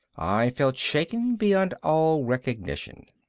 i felt shaken beyond all recognition.